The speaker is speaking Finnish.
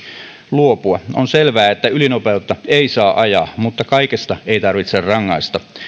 luopua on selvää että ylinopeutta ei saa ajaa mutta kaikesta ei tarvitse rangaista